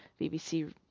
bbc